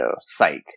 Psych